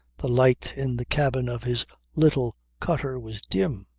the light in the cabin of his little cutter was dim.